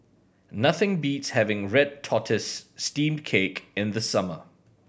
nothing beats having red tortoise steamed cake in the summer